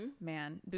Man